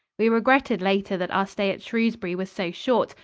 we regretted later that our stay at shrewsbury was so short,